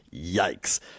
Yikes